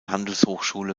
handelshochschule